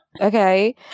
okay